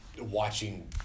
watching